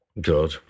God